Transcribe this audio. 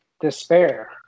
despair